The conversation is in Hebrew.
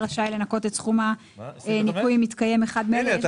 רשאי לנכות את סכום הניכוי אם מתקיים אחד מאלה,